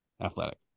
athletic